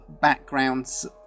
backgrounds